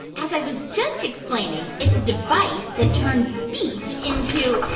as i was just explaining, it's a device that turns speech into